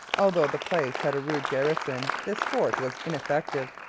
although the place had a rude garrison this force was ineffective,